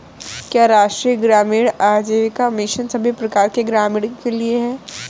क्या राष्ट्रीय ग्रामीण आजीविका मिशन सभी प्रकार के ग्रामीणों के लिए है?